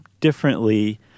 differently